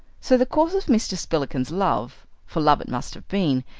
so the course of mr. spillikins's love, for love it must have been,